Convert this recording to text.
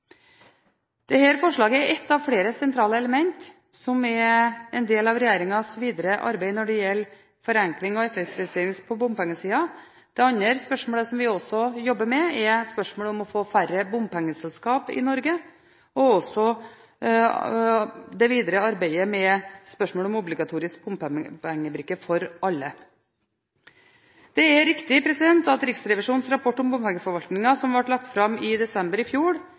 forslaget er et av flere sentrale elementer som er en del av regjeringens videre arbeid når det gjelder forenkling og effektivisering på bompengesiden. Det andre spørsmålet som vi også jobber med, er spørsmålet om å få færre bompengeselskaper i Norge, og også spørsmålet om obligatorisk bompengebrikke for alle. Det er riktig at Riksrevisjonens rapport om bompengeforvaltningen, som ble lagt fram i desember i fjor,